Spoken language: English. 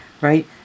right